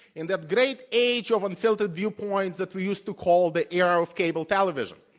in the great age of unfiltered viewpoints that we used to call the era of cable television.